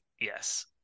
Yes